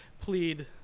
plead